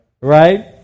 Right